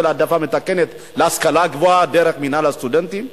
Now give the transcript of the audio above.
העדפה מתקנת בהשכלה הגבוהה דרך מינהל הסטודנטים.